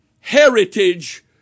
heritage